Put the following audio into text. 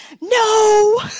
no